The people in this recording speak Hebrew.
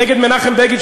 נגד מנחם בגין,